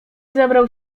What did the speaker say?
zabrał